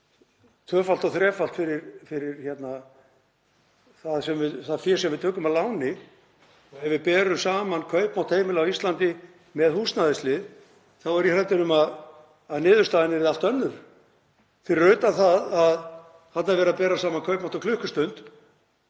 tvöfalt og þrefalt fyrir það fé sem við tökum að láni. Ef við berum saman kaupmátt heimila á Íslandi með húsnæðisliðnum er ég hræddur um að niðurstaðan verði allt önnur. Fyrir utan það að þarna er verið að bera saman kaupmátt á klukkustund